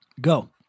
Go